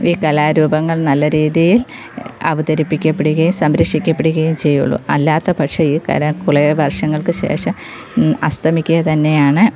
ഈ കലാരൂപങ്ങൾ നല്ല രീതിയിൽ അവതരിക്കപ്പെടുകയോ സംരക്ഷിക്കപ്പെടുകയോ ചെയ്യുള്ളു അല്ലാത്ത പക്ഷം ഈ കല കുറേ വർഷങ്ങൾക്കു ശേഷം അസ്തമിക്കുക തന്നെയാണ്